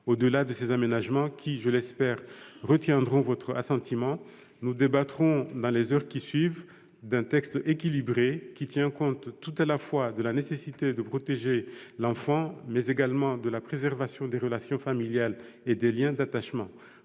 Au-delà de ces aménagements qui, je l'espère, recueilleront votre assentiment, nous débattrons dans les heures qui viennent d'un texte équilibré, tenant compte de la nécessité de protéger l'enfant et de préserver les relations familiales et des liens d'attachement.